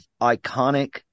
iconic